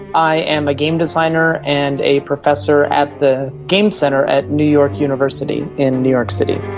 i am a game designer and a professor at the game centre at new york university in new york city.